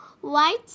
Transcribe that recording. White